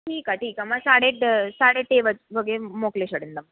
ठीकु आहे ठीकु आहे मां साढे टे वॻे मोकिले छॾंदमि